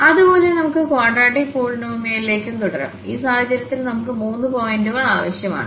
അതുപോലെനമുക്ക്ക്വാഡ്രാറ്റിക്പോളിനോമിയിലേക്കും തുടരാംഈ സാഹചര്യത്തിൽ നമുക്ക് മൂന്ന് പോയിന്റുകൾ ആവശ്യമാണ്